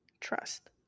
trust